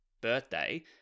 birthday